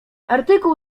artykuł